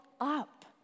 up